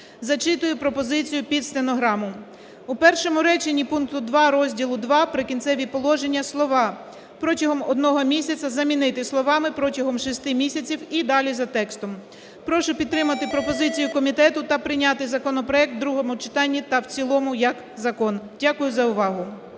Зачитую пропозицію під стенограму. У першому реченні пункту 2 розділу ІІ "Прикінцеві положення" слова "протягом одного місяця" замінити словами "протягом шести місяців" і далі за текстом. Прошу підтримати пропозицію комітету та прийняти законопроект в другому читанні та в цілому як закон. Дякую за увагу.